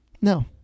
No